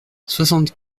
soixante